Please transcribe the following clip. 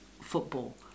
football